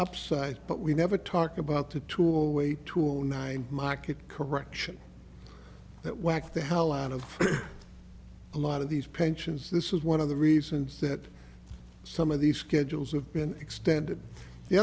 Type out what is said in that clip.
upside but we never talk about the tool weight tool ny market correction that whack the hell out of a lot of these pensions this is one of the reasons that some of these schedules have been extended the